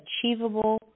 achievable